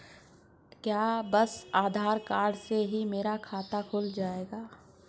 क्या बस आधार कार्ड से ही मेरा खाता खुल जाएगा?